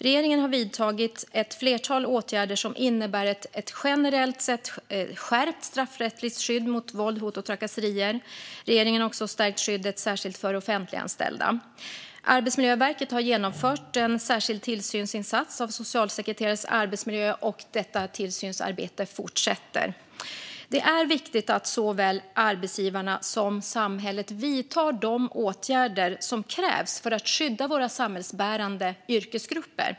Regeringen har vidtagit ett flertal åtgärder som innebär ett generellt skärpt straffrättsligt skydd mot våld, hot och trakasserier. Regeringen har också stärkt skyddet särskilt för offentliganställda. Arbetsmiljöverket har genomfört en särskild tillsynsinsats när det gäller socialsekreterares arbetsmiljö, och detta tillsynsarbete fortsätter. Det är viktigt att såväl arbetsgivarna som samhället vidtar de åtgärder som krävs för att skydda våra samhällsbärande yrkesgrupper.